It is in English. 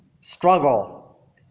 struggle